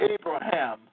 Abraham